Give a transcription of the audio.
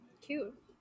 Cute